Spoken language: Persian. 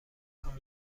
کار